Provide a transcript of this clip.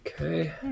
Okay